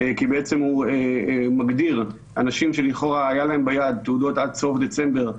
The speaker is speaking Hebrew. כי בעצם הוא מגדיר אנשים שלכאורה היו ביד תעודות עד סוף דצמבר,